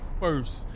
first